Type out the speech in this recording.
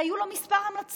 והיו לו כמה המלצות.